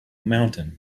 mountain